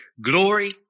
glory